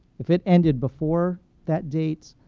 if it ended before that date,